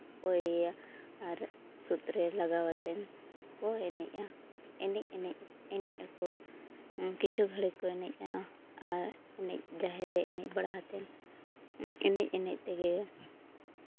ᱠᱚᱭᱮᱭᱟ ᱟᱨ ᱥᱩᱫᱽᱨᱮ ᱞᱟᱜᱟᱣ ᱠᱟᱛᱮᱫ ᱠᱚ ᱮᱱᱮᱡᱼᱟ ᱮᱱᱮᱡ ᱮᱱᱮᱡ ᱮᱱᱮᱡ ᱟᱠᱚ ᱠᱤᱪᱷᱩ ᱜᱷᱟᱹᱲᱤᱡ ᱠᱚ ᱮᱱᱮᱡᱟ ᱟᱨ ᱡᱟᱦᱮᱨ ᱨᱮ ᱮᱱᱮᱡ ᱵᱟᱲᱟ ᱠᱟᱛᱮᱫ ᱮᱱᱮᱡ ᱮᱱᱮᱡ ᱛᱮᱜᱮ